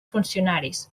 funcionaris